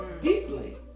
deeply